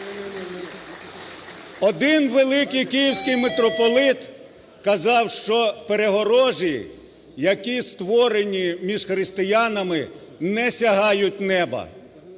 Один Великий Київський Митрополит казав, що перегорожі, які створені між християнами, не сягають неба.